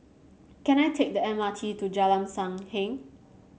can I take the M R T to Jalan Sam Heng